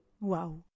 Wow